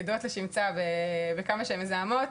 ידועות לשמצה בכמה שהן מזהמות.